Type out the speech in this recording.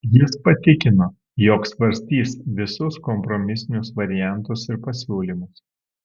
jis patikino jog svarstys visus kompromisinius variantus ir pasiūlymus